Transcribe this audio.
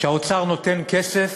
כשהאוצר נותן כסף